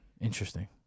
Interesting